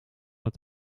het